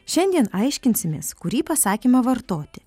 šiandien aiškinsimės kurį pasakymą vartoti